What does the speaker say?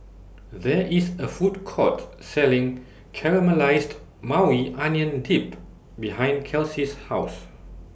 There IS A Food Court Selling Caramelized Maui Onion Dip behind Kelsey's House